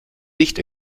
nicht